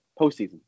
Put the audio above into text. postseason